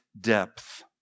depth